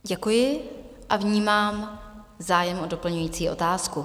Děkuji a vnímám zájem o doplňující otázku.